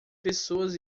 pessoas